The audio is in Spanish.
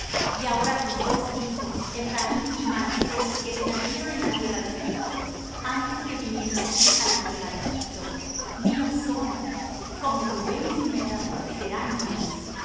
y ahora tus dos hijos ephraim y manasés que te nacieron en la tierra de egipto antes que viniese á ti á la tierra de egipto míos son como rubén y simeón serán míos